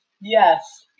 Yes